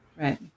Right